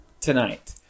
tonight